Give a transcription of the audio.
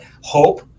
hope